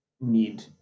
need